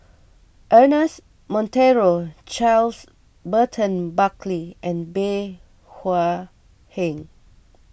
Ernest Monteiro Charles Burton Buckley and Bey Hua Heng